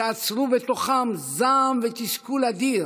שאצרו בתוכם זעם ותסכול אדיר